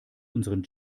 unseren